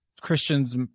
Christians